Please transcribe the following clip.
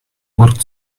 walked